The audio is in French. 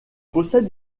possède